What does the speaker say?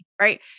right